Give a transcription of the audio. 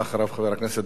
חבר הכנסת דב חנין.